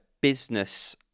business